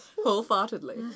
Wholeheartedly